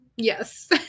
Yes